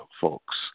folks